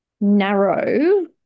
narrow